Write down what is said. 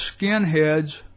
skinheads